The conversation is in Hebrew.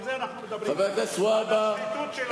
על זה אנחנו מדברים, על השחיתות שלכם.